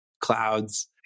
clouds